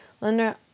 Linda